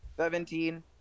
Seventeen